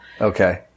Okay